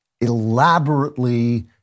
elaborately